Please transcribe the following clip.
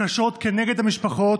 קשות כנגד המשפחות.